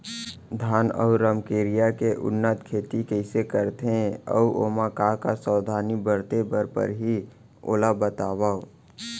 धान अऊ रमकेरिया के उन्नत खेती कइसे करथे अऊ ओमा का का सावधानी बरते बर परहि ओला बतावव?